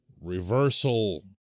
reversal